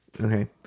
okay